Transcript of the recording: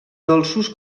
dolços